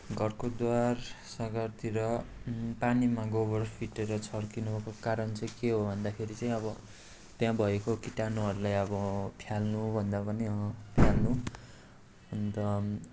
घरको द्वार सँघारतिर पानीमा गोबर फिटेर छर्किनको कारण चाहिँ के हो भन्दाखेरि चाहिँ अब त्यहाँ भएको किटाणुहरूलाई अब फाल्नु भन्दा पनि फाल्नु अन्त